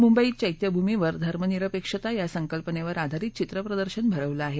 मुंबईमध्ये चैत्यभूमीवर धर्मनिरपेक्षता या संकल्पनेवर आधारित चित्रप्रदर्शन भरवलं आहे